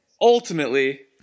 ultimately –